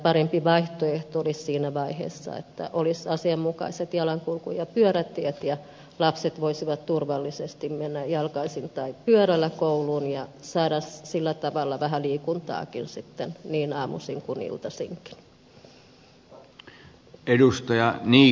parempi vaihtoehto olisi siinä vaiheessa että olisi asianmukaiset jalankulku ja pyörätiet ja lapset voisivat turvallisesti mennä jalkaisin tai pyörällä kouluun ja saada sillä tavalla vähän liikuntaakin niin aamuisin kuin iltaisinkin